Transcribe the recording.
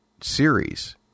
series